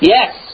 Yes